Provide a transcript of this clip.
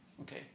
okay